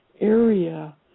area